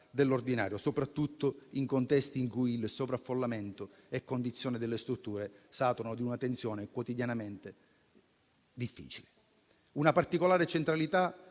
dell'ordinario, soprattutto in contesti in cui il sovraffollamento e le condizioni delle strutture saturano di una tensione quotidianamente difficile. Una particolare centralità